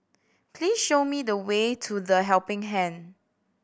please show me the way to The Helping Hand